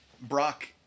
Brock